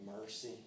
mercy